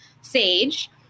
sage